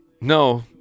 No